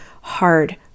hard